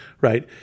right